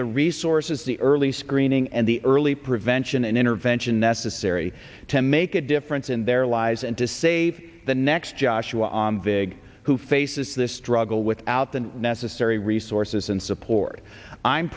the resources the early screening and the early prevention and intervention necessary to make a difference in their lives and to save the next joshua on vig who faces this struggle without the necessary resources and support i'm